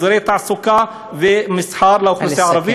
אזורי תעסוקה ומסחר לאוכלוסייה הערבית,